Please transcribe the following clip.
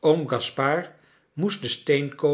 oom gaspard moest de